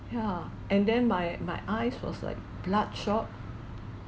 yeah and then my my eyes was like bloodshot